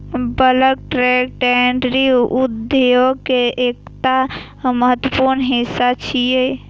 bulk tank dairy उद्योग के एकटा महत्वपूर्ण हिस्सा छियै